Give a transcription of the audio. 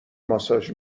ماساژ